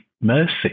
mercy